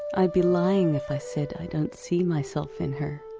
i'd be lying if i said i don't see myself in her.